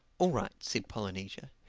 all right, said polynesia.